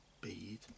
bead